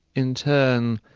in turn,